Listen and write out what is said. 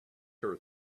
her